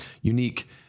unique